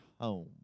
home